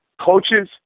Coaches